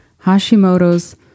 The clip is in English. Hashimoto's